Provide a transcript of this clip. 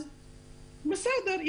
אז בסדר,